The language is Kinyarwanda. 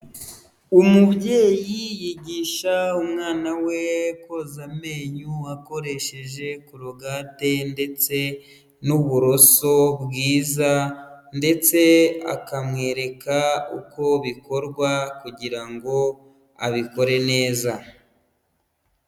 Umubyeyi yigisha umwana we koza amenyo akoresheje kologate ndetse n'uburoso bwiza ndetse akamwereka uko bikorwa kugira ngo abikore neza.